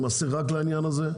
יימסר רק לעניין הזה?